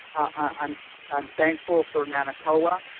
i'm i'm thankful for manacoa,